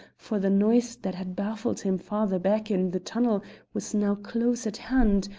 for the noise that had baffled him farther back in the tunnel was now close at hand,